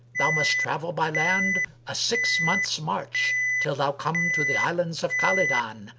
thou must travel by land a six months' march till thou come to the islands of khalidan,